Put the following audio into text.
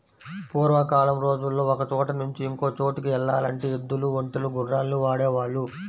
పూర్వకాలం రోజుల్లో ఒకచోట నుంచి ఇంకో చోటుకి యెల్లాలంటే ఎద్దులు, ఒంటెలు, గుర్రాల్ని వాడేవాళ్ళు